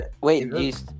wait